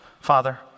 Father